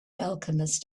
alchemist